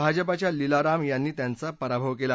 भाजपाच्या लीला राम यांनी त्यांचा पराभव केला